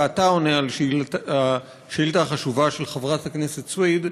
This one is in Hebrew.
אתה עונה על השאילתה החשובה של חברת הכנסת סויד.